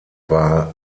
war